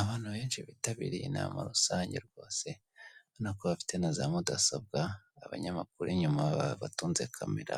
Abantu benshi bitabiriye inama rusange rwose urabona ko bafite na za mudasobwa, abanyamakuru inyuma babatunze kamera,